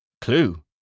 clue